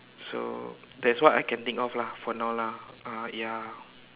so that is what I can think of lah for now lah ah ya